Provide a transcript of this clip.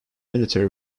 military